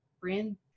brand